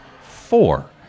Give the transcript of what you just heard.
four